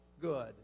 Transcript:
good